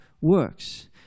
works